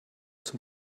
zum